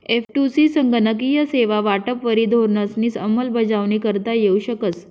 एफ.टु.सी संगणकीय सेवा वाटपवरी धोरणंसनी अंमलबजावणी करता येऊ शकस